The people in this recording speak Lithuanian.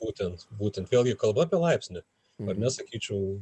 būtent būtent vėlgi kalbu apie laipsnį ar ne sakyčiau